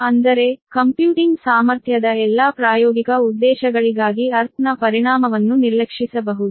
ಅಂದರೆ ಕಂಪ್ಯೂಟಿಂಗ್ ಸಾಮರ್ಥ್ಯದ ಎಲ್ಲಾ ಪ್ರಾಯೋಗಿಕ ಉದ್ದೇಶಗಳಿಗಾಗಿ ಅರ್ಥ್ ನ ಪರಿಣಾಮವನ್ನು ನಿರ್ಲಕ್ಷಿಸಬಹುದು